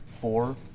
four